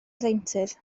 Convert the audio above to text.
ddeintydd